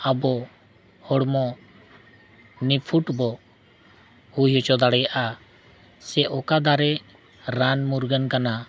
ᱟᱵᱚ ᱦᱚᱲᱢᱚ ᱱᱤᱯᱷᱩᱴ ᱵᱚ ᱦᱩᱭ ᱦᱚᱪᱚ ᱫᱟᱲᱮᱭᱟᱜᱼᱟ ᱥᱮ ᱚᱠᱟ ᱫᱟᱨᱮ ᱨᱟᱱ ᱢᱩᱨᱜᱟᱹᱱ ᱠᱟᱱᱟ